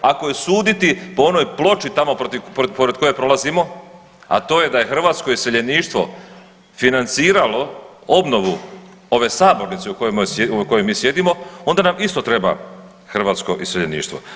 Ako je suditi po noj ploči tamo pored koje prolazimo, a to je da je hrvatsko iseljeništvo financiralo obnovu ove sabornice u kojoj mi sjedimo onda nam isto treba hrvatsko iseljeništvo.